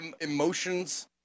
emotions